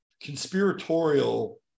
conspiratorial